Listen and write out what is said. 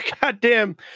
goddamn